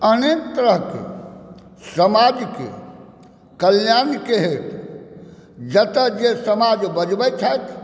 अनेक तरहकेंँ समाजके कल्याणके हेतु जतऽ जे समाज बजबै छथि